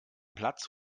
platz